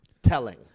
telling